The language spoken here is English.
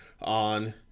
on